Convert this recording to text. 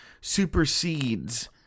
supersedes